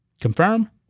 Confirm